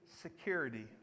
security